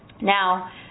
Now